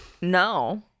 no